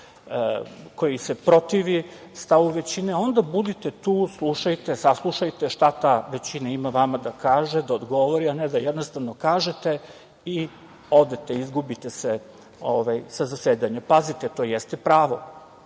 koji se protivi stavu većine, onda budite tu, slušajte, saslušajte šta ta većina ima vama da kaže, da odgovori, a ne da jednostavno kažete i odete, izgubite se sa zasedanja. Pazite, to jeste pravo